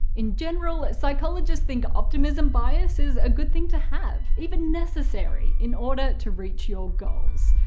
in general, psychologists think optimism bias is a good thing to have, even necessary, in order to reach your goals.